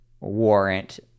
warrant